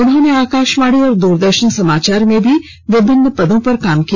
उन्होंने आकाशवाणी और दुरदर्शन समाचार में भी विभिन्न पदों पर काम किया